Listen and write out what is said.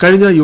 കഴിഞ്ഞ യു